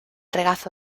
regazo